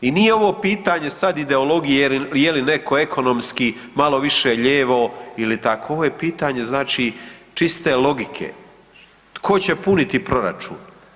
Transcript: I nije ovo pitanje sad ideologije je li neko ekonomski malo više lijevo ili tako, ovo je pitanje čiste logike, tko će puniti proračun?